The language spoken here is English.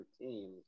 teams